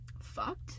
fucked